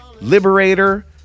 Liberator